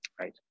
Right